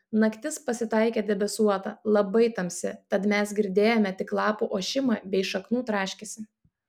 naktis pasitaikė debesuota labai tamsi tad mes girdėjome tik lapų ošimą bei šaknų traškesį